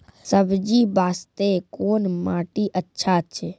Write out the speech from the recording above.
सब्जी बास्ते कोन माटी अचछा छै?